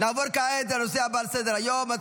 22 בעד, 48 נגד, אחד נמנע.